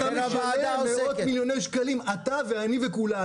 ואתה משלם מאות מיליוני שקלים, אתה ואני וכולנו.